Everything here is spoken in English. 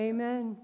Amen